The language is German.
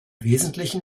wesentlichen